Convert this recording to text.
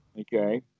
Okay